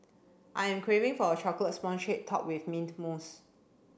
I am craving for a chocolate sponge cake topped with mint mousse